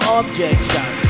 objection